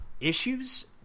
issues